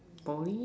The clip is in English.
Poly